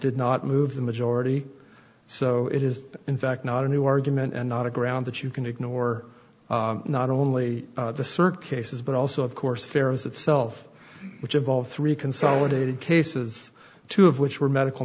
did not move the majority so it is in fact not a new argument and not a ground that you can ignore not only the circuses but also of course fairness itself which involved three consolidated cases two of which were medical